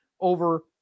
over